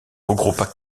regroupent